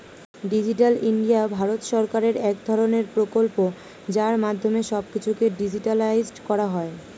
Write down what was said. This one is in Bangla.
ডিজিটাল ইন্ডিয়া ভারত সরকারের এক ধরণের প্রকল্প যার মাধ্যমে সব কিছুকে ডিজিটালাইসড করা হয়